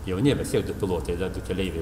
jauni bet vis tiek du pilotai dar keleiviai